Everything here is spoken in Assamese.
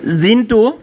জিণ্টু